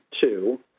two